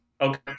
Okay